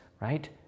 right